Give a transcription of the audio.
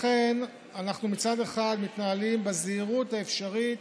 אנחנו מצד אחד מתנהלים בזהירות האפשרית